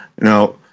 Now